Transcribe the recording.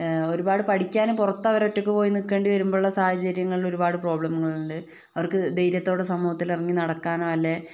ഒരുപാട് പഠിക്കാനും പുറത്ത് അവര് ഒറ്റക്ക് പോയി നിക്കേണ്ടി വരുമ്പോഴുള്ള സാഹചര്യങ്ങളിൽ ഒരുപാട് പ്രോബ്ലങ്ങളുണ്ട് അവർക്ക് ധൈര്യത്തോടെ സമൂഹത്തിൽ ഇറങ്ങി നടക്കാനോ അല്ലേൽ